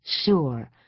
Sure